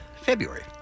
February